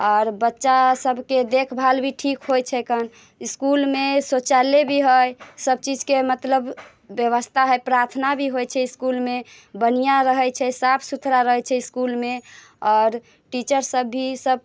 आओर बच्चासभके देखभाल भी ठीक होइ छैकन इस्कुलमे शौचालय भी हइ सभचीजके मतलब व्यवस्था हइ प्रार्थना भी होइ छै इस्कुलमे बढ़िआँ रहै छै साफ सुथरा रहै छै इस्कुलमे आओर टीचरसभ भी सभ